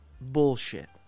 Bullshit